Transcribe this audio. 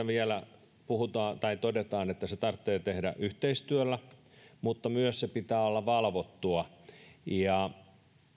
vielä todetaan että se tarvitsee tehdä yhteistyöllä mutta myös että sen pitää olla valvottua ja